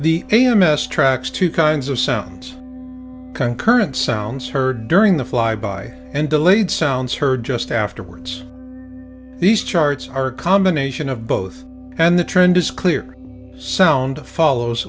the a m s tracks two kinds of sounds concurrent sounds heard during the fly by and delayed sounds heard just afterwards these charts are combination of both and the trend is clear sound follows